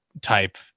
type